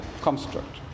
construct